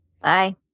Bye